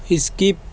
skip